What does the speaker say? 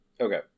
Okay